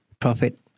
profit